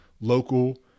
local